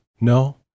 No